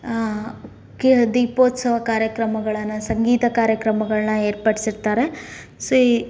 K ದೀಪೋತ್ಸವ ಕಾರ್ಯಕ್ರಮಗಳನ್ನು ಸಂಗೀತ ಕಾರ್ಯಕ್ರಮಗಳನ್ನ ಏರ್ಪಡ್ಸಿರ್ತಾರೆ ಸಿ